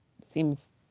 seems